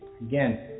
Again